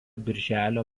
birželio